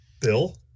Bill